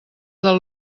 del